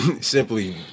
Simply